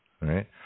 right